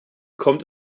kommt